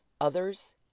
others